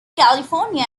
california